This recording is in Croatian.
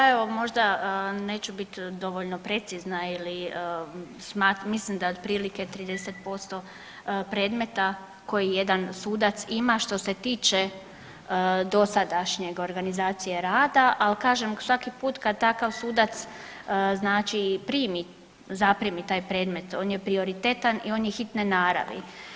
Pa evo, možda neću bit dovoljno precizna ili, mislim da otprilike 30% predmeta koji jedan sudac ima što se tiče dosadašnje organizacije rada, al kažem svaki put kad takav sudac znači primi, zaprimi taj predmet, on je prioritetan i on je hitne naravi.